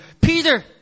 Peter